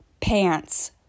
pants